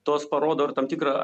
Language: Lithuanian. tos parodo ir tam tikrą